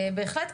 בהחלט,